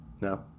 No